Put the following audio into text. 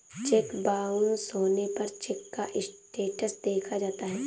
check bounce होने पर cheque का स्टेटस देखा जाता है